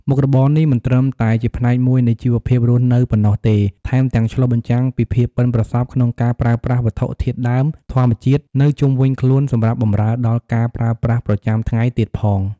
មុខរបរនេះមិនត្រឹមតែជាផ្នែកមួយនៃជីវភាពរស់នៅប៉ុណ្ណោះទេ ថែមទាំងឆ្លុះបញ្ចាំងពីភាពប៉ិនប្រសប់ក្នុងការប្រើប្រាស់វត្ថុធាតុដើមធម្មជាតិនៅជុំវិញខ្លួនសម្រាប់បម្រើដល់ការប្រើប្រាស់ប្រចាំថ្ងៃទៀតផង។